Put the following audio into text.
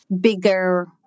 bigger